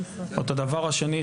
את הדבר השני,